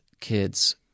kids